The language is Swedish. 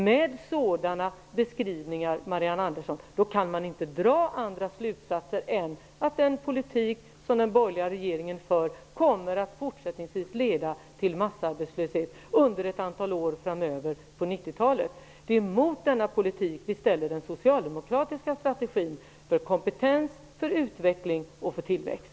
Med sådana beskrivningar, Marianne Andersson, kan man inte dra andra slutsatser än att den politik som den borgerliga regeringen för under ett antal år framöver på 90-talet kommer att innebära massarbetslöshet. Det är mot denna politik som vi ställer den socialdemokratiska strategin för kompetens, för utveckling och för tillväxt.